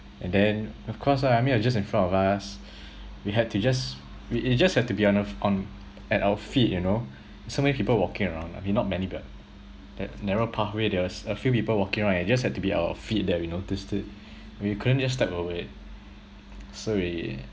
and then of course lah I mean it was just in front of us we had to just we we just had to be on our on at our feet you know so many people walking around I mean not many but that narrow pathway there was a few people walking right it just had to be our feet that we noticed it we couldn't just step away so we